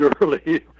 early